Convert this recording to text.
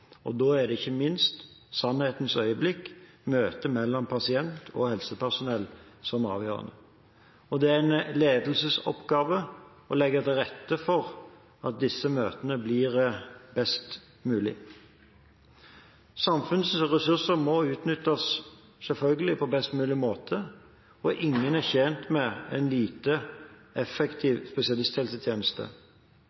Da er det ikke minst sannhetens øyeblikk, møtet mellom pasient og helsepersonell, som er avgjørende. Det er en ledelsesoppgave å legge til rette for at disse møtene blir best mulig. Samfunnets ressurser må selvfølgelig utnyttes på best mulig måte, og ingen er tjent med en lite